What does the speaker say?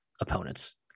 opponents